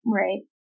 right